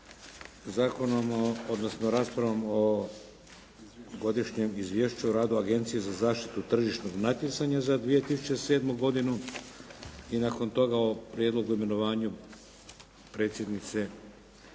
o onom točkom 51. raspravom o godišnjem izvješću rada Agencije za zaštitu tržišnog natjecanja za 2007. godinu i nakon toga Prijedlog o imenovanju predsjednice